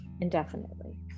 indefinitely